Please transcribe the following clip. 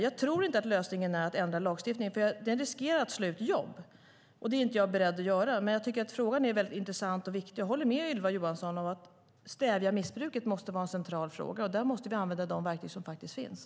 Jag tror inte att lösningen är att ändra lagstiftningen. Det riskerar att slå ut jobb, och det är jag inte beredd till. Men jag tycker att frågan är väldigt intressant och viktig. Jag håller med Ylva Johansson: Att stävja missbruket måste vara en central fråga, och där måste vi använda de verktyg som finns.